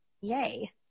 Yay